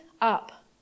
up